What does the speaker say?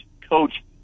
coach